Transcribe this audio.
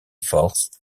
forces